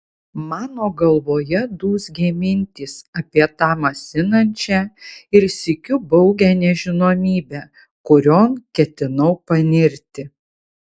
mano galvoje dūzgė mintys apie tą masinančią ir sykiu baugią nežinomybę kurion ketinau panirti